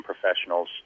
professionals